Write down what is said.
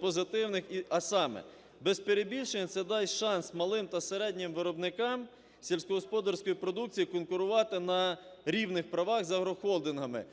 позитивних. А саме: без перебільшень це дасть шанс малим та середнім виробникам сільськогосподарської продукції конкурувати на рівних правах з агрохолдингами,